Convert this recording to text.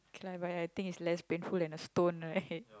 K lah but I think it's less painful than a stone right